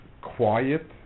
quiet